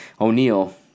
O'Neill